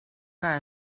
que